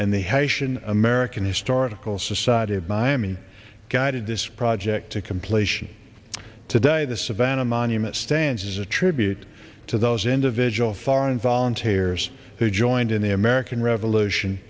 haitian american historical society of miami guided this project to completion today the savannah monument stands as a tribute to those individual foreign volunteers who joined in the american revolution